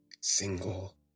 single